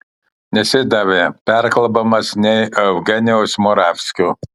nesidavė perkalbamas nei eugenijaus moravskio